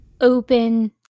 open